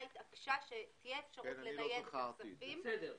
התעקשה שתהיה אפשרות לנייד את הכספים,